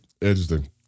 Interesting